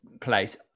place